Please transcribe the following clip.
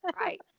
right